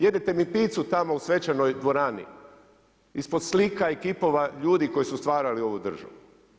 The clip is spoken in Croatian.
Jedete mi pizzu tamo u svečanoj dvorani ispod slika i kipova ljudi koji su stvarali ovu državu.